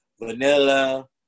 vanilla